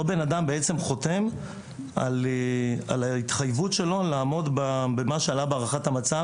אותו בן אדם בעצם חותם על ההתחייבות שלו לעמוד במה שעלה בהערכת המצב,